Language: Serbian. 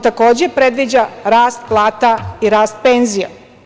Takođe, predviđa rast plata i rast penzija.